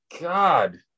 God